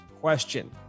question